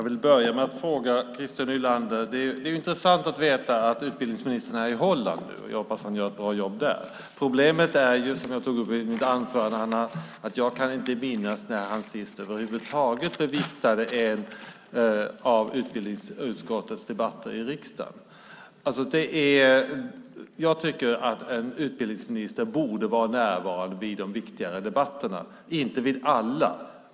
Herr talman! Det är intressant att veta att utbildningsministern är i Holland. Hoppas att han gör ett bra jobb där. Problemet är, som jag tog upp i mitt anförande, att jag inte kan minnas när han senast över huvud taget bevistade en av utbildningsutskottets debatter i riksdagen. Jag tycker att en utbildningsminister borde vara närvarande vid de viktigare debatterna, inte vid alla.